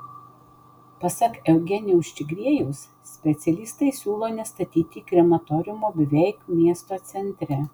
pasak eugenijaus čigriejaus specialistai siūlo nestatyti krematoriumo beveik miesto centre